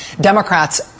Democrats